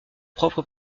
propre